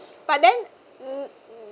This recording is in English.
but then mm